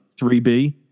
3B